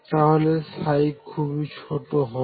তাহলে খুবই ছোট হবে